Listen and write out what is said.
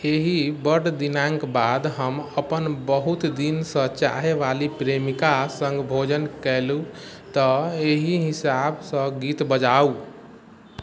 एहि बड दिनक बाद हम अपन बहुत दिन स चाहे वाली प्रेमिका संग भोजन केलहुॅं तऽ एहि हिसाब सऽ गीत बजाउ